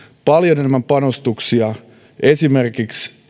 paljon enemmän panostuksia esimerkiksi